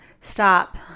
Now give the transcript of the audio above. Stop